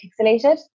pixelated